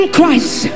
Christ